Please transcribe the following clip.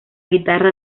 guitarra